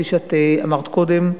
כפי שאת אמרת קודם,